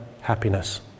happiness